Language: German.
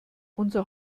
unser